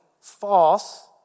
false